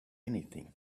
anything